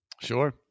Sure